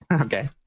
Okay